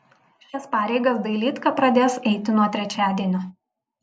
šias pareigas dailydka pradės eiti nuo trečiadienio